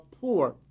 poor